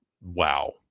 wow